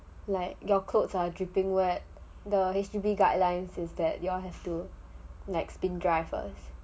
like your clothes are dripping wet the H_D_B guidelines is that you all have to like spin dry first